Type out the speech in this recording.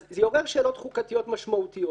זה יעורר שאלות חוקתיות משמעותיות.